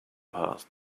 passed